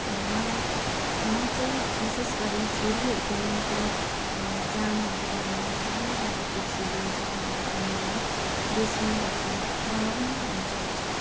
मलाई म चाहिँ विशेष गरी छोरीहरूको निम्ति जामाहरू बनाएर राम्रो राम्रो कुर्सीले जामाहरू बुनेर बेच्नु र बनाउन रुचाउँछु